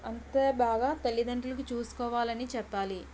అంత బాగా తల్లితండ్రులకి చూసుకోవాలి అని చెప్పాలి